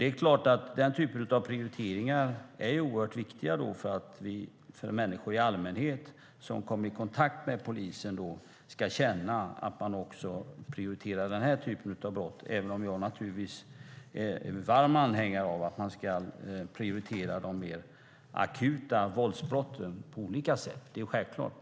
Det är klart att sådana prioriteringar är oerhört viktiga för att människor i allmänhet som kommer i kontakt med polisen ska känna att man också prioriterar den typen av brott, även om jag naturligtvis är varm anhängare av att man ska prioritera de mer akuta våldsbrotten. Det är självklart.